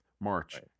March